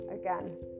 again